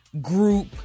Group